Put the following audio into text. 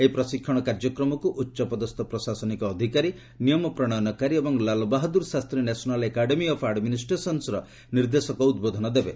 ଏହି ପ୍ରଶିକ୍ଷଣ କାର୍ଯ୍ୟକ୍ରମକୁ ଉଚ୍ଚପଦସ୍ତ ପ୍ରଶାସନିକ ଅଧିକାରୀ ନିୟମ ପ୍ରଣୟନକାରୀ ଏବଂ Lal Bahadur Shastri National Academy of ଆଡମିନିଷ୍ଟ୍ରେସନର ନିର୍ଦ୍ଦେଶକ ଉଦ୍ବୋଧନ ଦେବେ